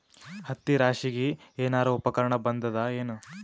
ಹತ್ತಿ ರಾಶಿಗಿ ಏನಾರು ಉಪಕರಣ ಬಂದದ ಏನು?